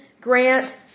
Grant